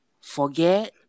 forget